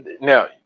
now